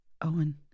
Owen